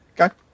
Okay